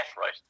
right